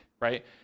right